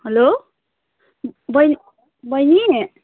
hello बै बहिनी